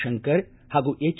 ಶಂಕರ್ ಹಾಗೂ ಎಚ್